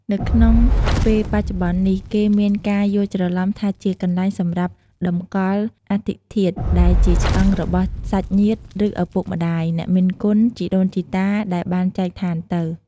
នៅក្នុងពេលបច្ចុប្បន្ននេះគេមានការយល់ច្រលំថាជាកន្លែងសម្រាប់តម្កល់អដ្ឋិធាតុ ដែលជាឆ្អឹង របស់សាច់ញាតិ ឬឪពុកម្ដាយ អ្នកមានគុណ ជីដូនជីតាដែលបានចែកឋានទៅ។